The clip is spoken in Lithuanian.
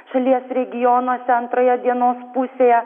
šalies regionuose antroje dienos pusėje